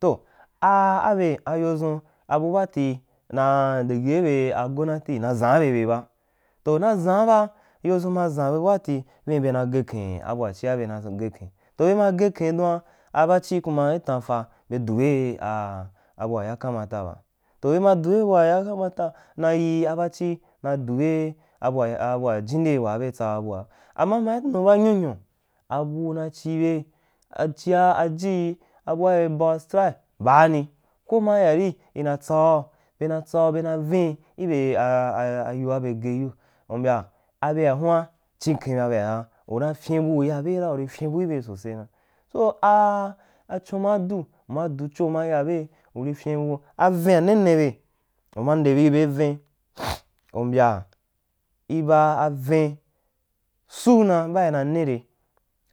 Tohaabeh ayodʒun abubaa tu na de gei be gonnati na ʒaun bebe ba toh na ʒaan ba yo dʒun ma ʒa be baati vin be na ghe ken abua chia bena gheken be ma ghe ken duan abachi kuma i tanfa ri dube abua ya kamata ba, toh be ma du be bua ya kamata ba na ye a bachi na dube abua abua jinde wua be tsa bua aura mai nu bamyun yu abu ma chibea chia eji bua be ban a stuke baani ko ma yeari ina tsau bena tsau be na viin ibe a a ayo a be ghe yiu u mbya aɓea huan chiken ba bea ha u na fyinbu uya be ra uri fyin bu ibe sose na sosai achon maa du uma du cho uma ya bye uri bi bye ven um bya u mbya i bi awīn suu na baa ina ni re